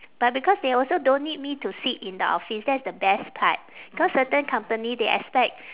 but because they also don't need me to sit in the office that's the best part cause certain company they expect